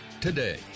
today